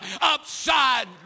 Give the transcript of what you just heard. upside